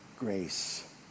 grace